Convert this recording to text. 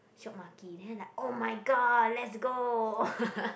Shiok-Maki then like oh-my-god let's go